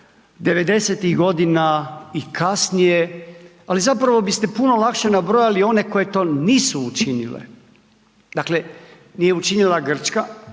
godina i kasnije, ali zapravo biste puno lakše nabrojali one koje to nisu učinile. Dakle, nije učinila Grčka